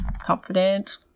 confident